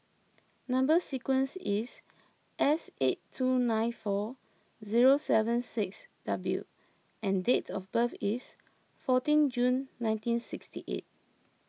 Number Sequence is S eight two nine four zero seven six W and date of birth is fourteen June nineteen sixty eight